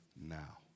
now